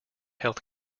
health